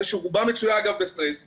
שרובה מצויה אגב בסטרס.